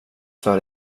för